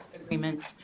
agreements